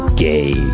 gay